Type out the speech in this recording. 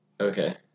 Okay